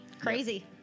Crazy